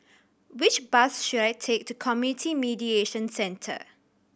which bus should I take to Community Mediation Centre